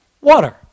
water